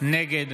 נגד